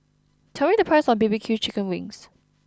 tell me the price of B B Q Chicken Wings